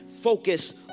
focus